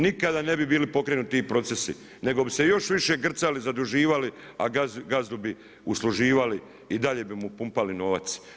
Nikada ne bi bili pokrenuti ti procesi, nego bi se još više grcali, zaduživali, a gazdu bi usluživali i dalje bi mu pumpali novac.